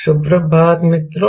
सुप्रभात मित्रों